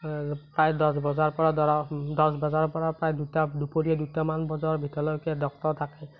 প্ৰায় দহ বজাৰ পৰা ধৰক দহ বজাৰ পৰা দুপৰীয়া দুটামান বজা ভিতৰলৈকে ডক্টৰ থাকে